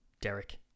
derek